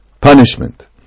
punishment